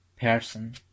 Person